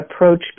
approach